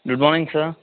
good morning sir